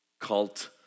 cult